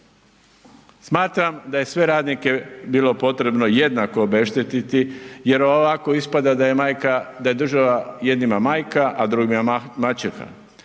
Smatram da je sve radnike bilo potrebno jednako obeštetiti, jer ovako ispada da je majka, da je država jednima majka, a drugima maćeha.